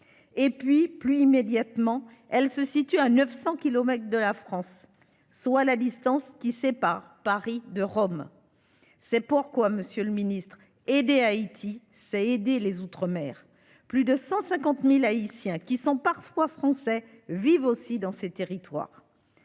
Plus immédiatement, Haïti se situe à 900 kilomètres de la France, soit à la distance qui sépare Paris de Rome. C’est pourquoi, monsieur le ministre, aider Haïti, c’est aider les outre mer. Plus de 150 000 Haïtiens, qui sont parfois français, vivent aussi dans ces territoires.